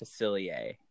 Facilier